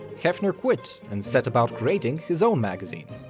hefner quit and set about creating his own magazine.